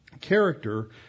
character